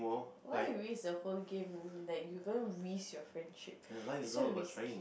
why you risk the whole game like you gonna risk your friendship it's so risky